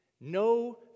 No